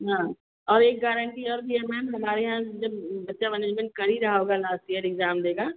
हाँ और एक गारन्टी और भी हैं मैम हमारे यहाँ जब बच्चा मैनेजमेंट कर ही रहा होगा लास्ट ईयर एग्ज़ैम देगा